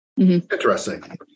Interesting